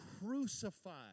crucified